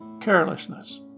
Carelessness